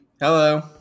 Hello